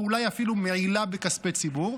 אולי אפילו מעילה בכספי ציבור,